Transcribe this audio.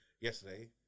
yesterday